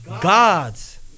God's